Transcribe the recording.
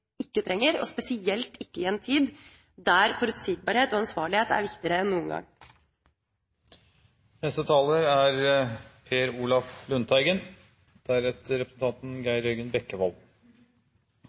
ikke trenger, og spesielt ikke i en tid der forutsigbarhet og ansvarlighet er viktigere enn noen gang. Bare først en kort kommentar til spørsmålet om dynamiske effekter av skattepolitikken. Fra regjeringspartienes side er